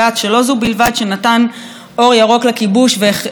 שלא זו בלבד שנתן אור ירוק לכיבוש והכשיר